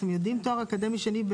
תואר אקדמי שני.